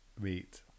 meet